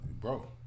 bro